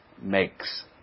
makes